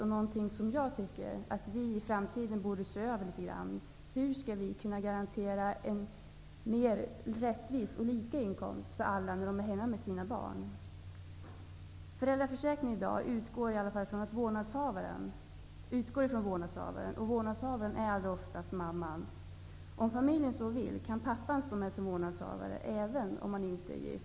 Vad jag tycker att vi i framtiden borde se över något är hur vi kan garantera en mer rättvis och lika inkomst för alla som är hemma med sina barn. Föräldraförsäkringen utgår i dag från vårdnadshavaren, och vårdnadshavare är allra oftast mamman. Om familjen så vill, kan pappan också stå som vårdnadshavare -- även om man inte är gift.